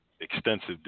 extensive